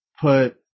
put